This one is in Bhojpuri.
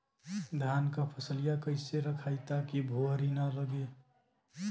धान क फसलिया कईसे रखाई ताकि भुवरी न लगे?